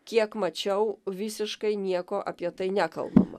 kiek mačiau visiškai nieko apie tai nekalbama